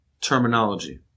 terminology